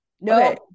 no